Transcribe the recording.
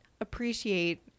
appreciate